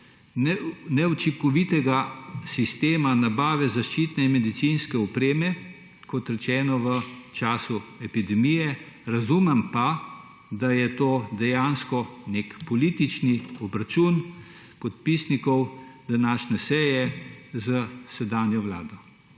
neučinkovitega sistema nabave zaščitne in medicinske opreme, kot rečeno, v času epidemije. Razumem pa, da je to dejansko nek politični obračun podpisnikov današnje seje s sedanjo vlado.